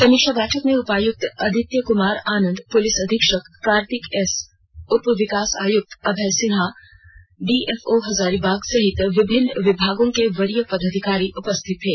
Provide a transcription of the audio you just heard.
समीक्षा बैठक में उपायुक्त आदित्य कुमार आनंद पुलिस अधीक्षक कार्तिक एस उप विकास आयुक्त अभय सिन्हा डीएफओ हजारीबाग सहित विभिन्न विभागों के वरीय पदाधिकारी उपस्थित थे